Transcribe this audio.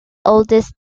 oldest